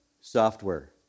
software